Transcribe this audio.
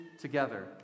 together